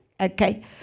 Okay